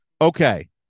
Okay